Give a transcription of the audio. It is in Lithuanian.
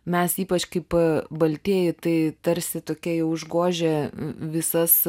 mes ypač kaip baltieji tai tarsi tokia jau užgožia visas